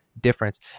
difference